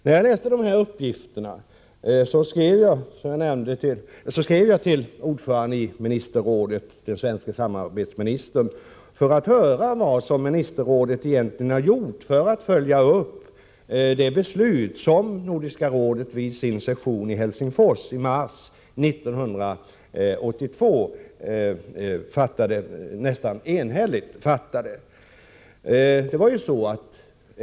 När jag läste dessa uppgifter, skrev jag till ordföranden i Ministerrådet, den svenske samarbetsministern, för att höra vad Ministerrådet egentligen har gjort för att följa upp det beslut som Nordiska rådet vid sin session i Helsingfors i mars 1982 fattade nästan enhälligt.